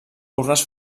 urnes